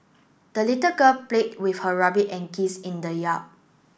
the little girl played with her rabbit and geese in the yard